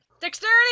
Dexterity